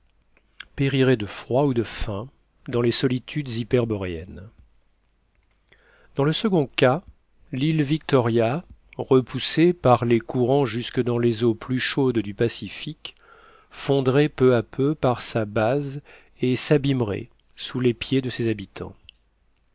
périraient de froid ou de faim dans les solitudes hyperboréennes dans le second cas l'île victoria repoussée par les courants jusque dans les eaux plus chaudes du pacifique fondrait peu à peu par sa base et s'abîmerait sous les pieds de ses habitants